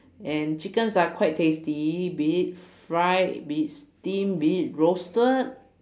and chickens are quite tasty be it fried be it steam be it roasted